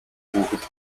хүүхэд